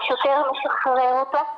השוטר משחרר אותו,